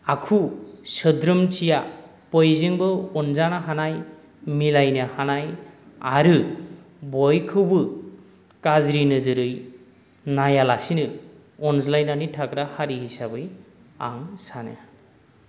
आखु सोद्रोमथिया बयजोंबो अनजानो हानाय मिलायनो हानाय आरो बयखौबो गाज्रि नोजोरै नायालासिनो अनज्लायनानै थाग्रा हारि हिसाबै आं सानो